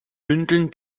bündeln